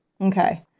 Okay